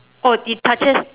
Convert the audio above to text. oh it touches